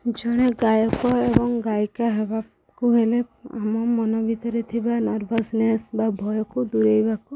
ଜଣେ ଗାୟକ ଏବଂ ଗାୟିକା ହେବାକୁ ହେଲେ ଆମ ମନ ଭିତରେ ଥିବା ନର୍ଭସନେସ୍ ବା ଭୟକୁ ଦୂରେଇବାକୁ